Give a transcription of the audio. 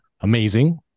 Amazing